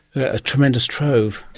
a tremendous trove.